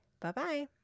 Bye-bye